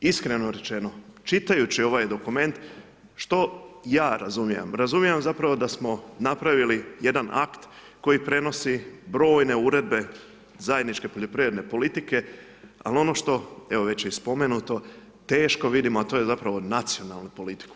Iskreno rečeno, čitajući ovaj dokument što ja razumijem, razumijem zapravo da smo napravili jedan akt, koji prenosi brojne uredbe zajedničke poljoprivredne politike, ali ono što je već i spomenuto, teško vidimo, a to je zapravo nacionalna politika.